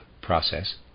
process